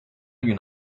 gün